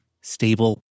stable